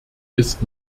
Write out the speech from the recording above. ist